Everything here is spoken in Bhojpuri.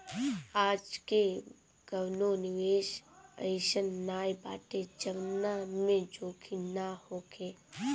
आजके कवनो निवेश अइसन नाइ बाटे जवना में जोखिम ना होखे